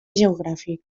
geogràfic